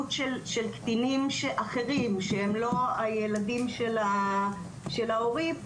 של קטינים אחרים שהם לא הילדים של ההורים,